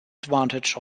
advantage